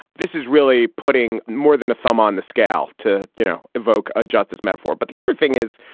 this is really putting more than a thumb on the scale to, you know, evoke a justice metaphor. but the other thing is,